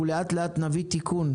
אנחנו לאט-לאט נביא תיקון.